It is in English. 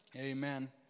Amen